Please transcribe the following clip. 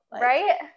right